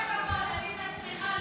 שלוש דקות.